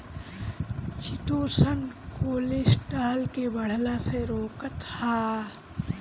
chitosan cholesterol के बढ़ला से रोकत हअ